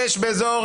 יש באזור,